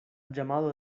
llamado